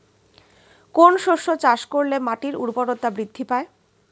কোন শস্য চাষ করলে মাটির উর্বরতা বৃদ্ধি পায়?